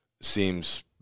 Seems